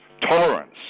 tolerance